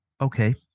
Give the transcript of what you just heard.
Okay